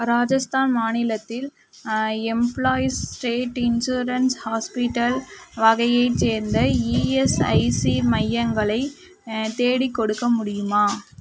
ராஜஸ்தான் மாநிலத்தில் employees state insurance hospital வகையைச் சேர்ந்த இஎஸ்ஐசி மையங்களை தேடிக்கொடுக்க முடியுமா